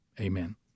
Amen